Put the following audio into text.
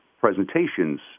presentations